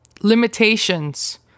limitations